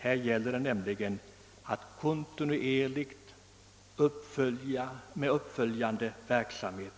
Här gäller det nämligen att bedriva kontinuerligt. uppföljande verksamhet.